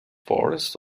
forests